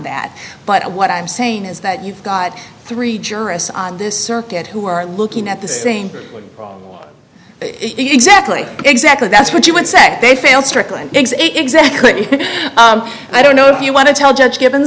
that but what i'm saying is that you've got three jurists on this circuit who are looking at the same exactly exactly that's what you would say they fail strickland exactly i don't know if you want to tell judge givens th